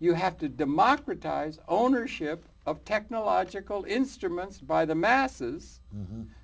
you have to democratize ownership of technological instruments by the masses